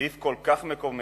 הוא סעיף כל כך מקומם,